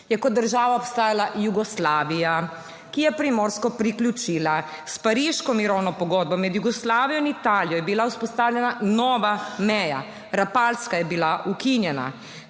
je kot država obstajala Jugoslavija, ki je Primorsko priključila s pariško mirovno pogodbo med Jugoslavijo in Italijo je bila vzpostavljena nova meja, rapalska je bila ukinjena.